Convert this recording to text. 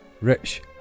rich